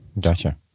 Gotcha